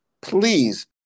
please